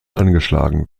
angeschlagen